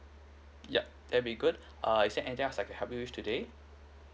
ya that'll be good err is there anything else I can help you with today